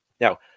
Now